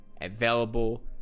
available